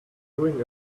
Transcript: doing